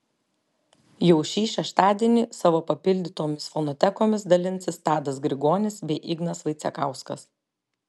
jau šį šeštadienį savo papildytomis fonotekomis dalinsis tadas grigonis bei ignas vaicekauskas